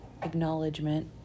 acknowledgement